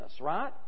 right